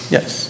Yes